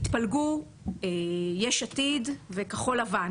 שהתפלגו יש עתיד וכחול לבן.